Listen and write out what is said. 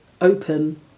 open